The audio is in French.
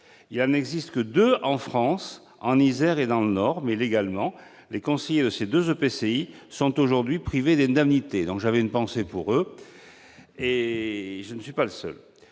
Il n'en existe que deux en France, en Isère et dans le Nord, mais légalement, les conseillers de ces deux EPCI sont actuellement privés d'indemnités. J'avais une pensée pour eux, et je ne suis pas le seul